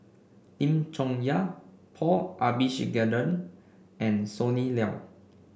Lim Chong Yah Paul Abisheganaden and Sonny Liew